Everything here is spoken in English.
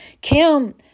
Kim